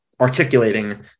articulating